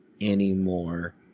anymore